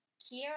Kiera